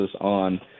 on